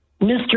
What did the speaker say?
Mr